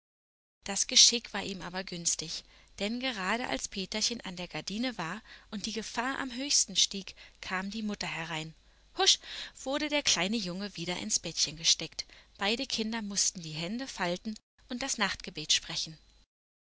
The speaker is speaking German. das geschick war ihm aber günstig denn gerade als peterchen an der gardine war und die gefahr am höchsten stieg kam die mutter herein husch wurde der kleine junge wieder ins bettchen gesteckt beide kinder mußten die hände falten und das nachtgebet sprechen